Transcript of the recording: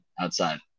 outside